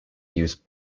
use